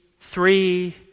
three